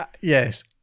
Yes